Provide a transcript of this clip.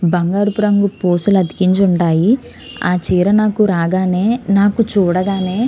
బంగారపు రంగు పూసలు అతికించి ఉంటాయి ఆ చీర నాకు రాగానే నాకు చూడగానే